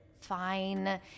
Fine